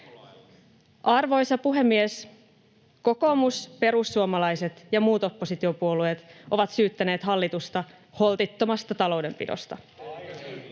Arvoisa puhemies! Kokoomus, perussuomalaiset ja muut oppositiopuolueet ovat syyttäneet hallitusta holtittomasta taloudenpidosta. [Toimi